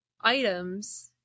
items